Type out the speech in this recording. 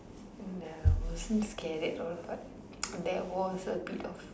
ya I wasn't scare that all but there was a bit of